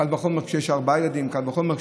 קל וחומר כשיש ארבעה ילדים,